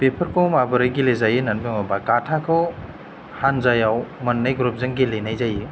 बेफोरखौ माबोरै गेलेजायो होननानै बुङोबा बाथाखौ हान्जायाव मोननै ग्रुब जों गेलेनाय जायो